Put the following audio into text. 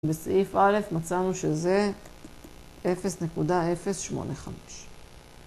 בסעיף א' מצאנו שזה 0.085